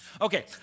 Okay